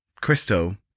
Crystal